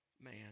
man